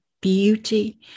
beauty